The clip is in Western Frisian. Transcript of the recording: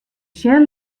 sjen